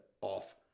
off